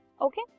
okay